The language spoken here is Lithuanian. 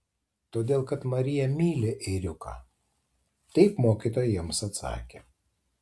todėl kad marija myli ėriuką taip mokytoja jiems atsakė